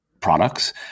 products